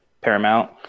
Paramount